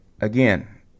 again